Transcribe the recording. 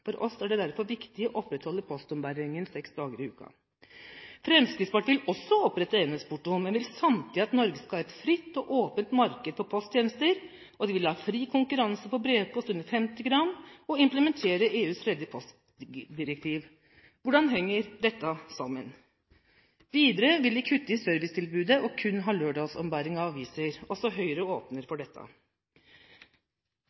For oss er det derfor viktig å opprettholde postombæringen seks dager i uka. Fremskrittspartiet vil også opprettholde enhetsporto, men vil samtidig at Norge skal ha et fritt og åpent marked for posttjenester, de vil ha fri konkurranse på brevpost under 50 gram, og de vil implementere EUs tredje postdirektiv. Hvordan henger dette sammen? Videre vil de kutte i servicetilbudet og kun ha lørdagsombæring av aviser. Også Høyre åpner for